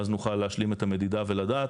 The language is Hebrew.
ואז נוכל להשלים את המדידה ולדעת.